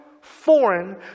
foreign